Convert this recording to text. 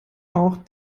auch